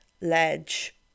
ledge